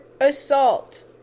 assault